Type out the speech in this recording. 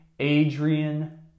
Adrian